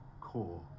core